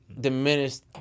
diminished